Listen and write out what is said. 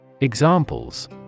Examples